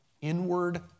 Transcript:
inward